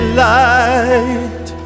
light